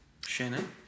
Shannon